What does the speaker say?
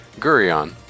Gurion